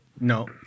No